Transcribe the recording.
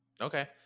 Okay